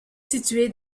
situé